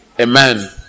Amen